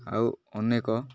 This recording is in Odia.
ଆଉ ଅନେକ